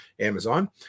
Amazon